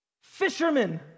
fishermen